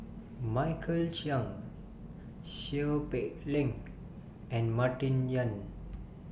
Michael Chiang Seow Peck Leng and Martin Yan